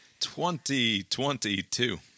2022